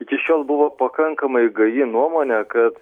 iki šiol buvo pakankamai gaji nuomonė kad